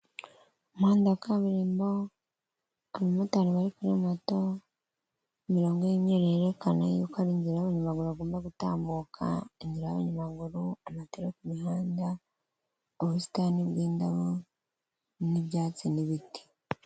Umuhanda wa kaburimbo, abamotari bari kuri moto, imirongo y'imyeru yerekana yuko ari inzira y'abanyamaguru bagomba gutambuka, inzira y'abanyamaguru, amatara ku mihanda, ubusitani bw'indabo, n'ibyatsi, n'ibiti.